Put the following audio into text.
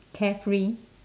carefree